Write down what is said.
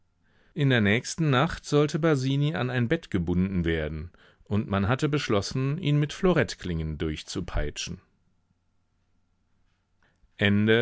in der nächsten nacht sollte basini an ein bett gebunden werden und man hatte beschlossen ihn mit florettklingen durchzupeitschen